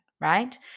right